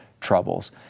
troubles